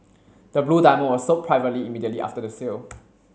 the blue diamond was sold privately immediately after the sale